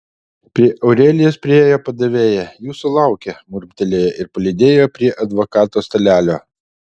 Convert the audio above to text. prie aurelijos priėjo padavėja jūsų laukia murmtelėjo ir palydėjo prie advokato stalelio